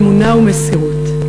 אמונה ומסירות.